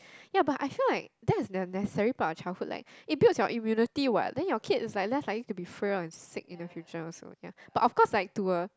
ya but I feel like there are a necessary part of childhood like it builds your immunity [what] then your kids is like less likely to be frail and sick in future also ya but of course like to a